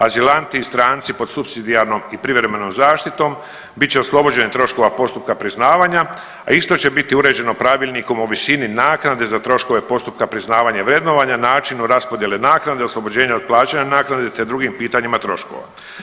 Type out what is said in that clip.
Azilanti i stranci pod supsidijarnom i privremenom zaštitom bit će oslobođeni troškova postupka priznavanja, a isto će biti uređeno Pravilnikom o visini naknade za troškove postupka priznavanja i vrednovanja, načinu raspodjele naknade, oslobođenje od plaćanja naknade, te drugim pitanjima troškova.